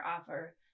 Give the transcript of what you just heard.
offer